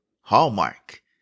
Hallmark